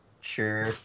sure